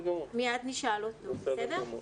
מיד נשאל אותו, בסדר?